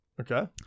okay